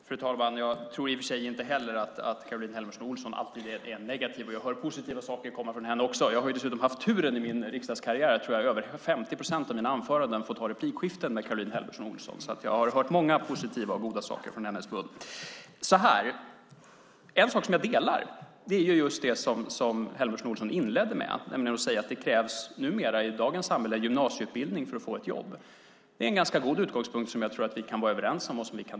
Fru talman! Jag tror i och för sig inte heller att Caroline Helmersson Olsson alltid är negativ. Jag hör positiva saker komma från henne också. Jag har dessutom haft turen i min riksdagskarriär att i samband med, tror jag, över 50 procent av mina anföranden fått ha replikskiften med Caroline Helmersson Olsson. Jag har hört många positiva och goda saker från hennes mun. En uppfattning som jag delar är just det som Helmersson Olsson inledde med, nämligen att det i dagens samhälle krävs gymnasieutbildning för att få ett jobb. Det är en ganska god utgångspunkt som jag tror att vi kan vara överens om.